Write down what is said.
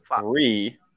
three